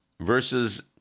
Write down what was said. versus